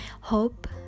hope